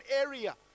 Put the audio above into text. area